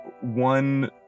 one